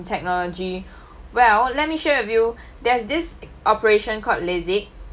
technology well let me share with you there's this operation called Lasik